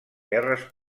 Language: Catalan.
guerres